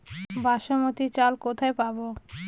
বাসমতী চাল কোথায় পাবো?